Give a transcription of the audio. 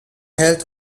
health